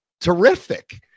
Terrific